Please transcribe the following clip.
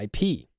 IP